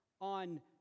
on